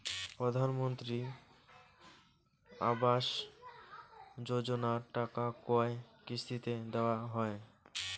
প্রধানমন্ত্রী আবাস যোজনার টাকা কয় কিস্তিতে দেওয়া হয়?